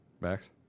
Max